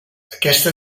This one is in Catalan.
aquesta